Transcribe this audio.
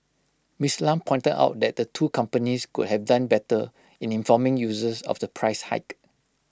miss Lam pointed out that the two companies could have done better in informing users of the price hike